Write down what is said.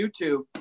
YouTube